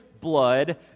blood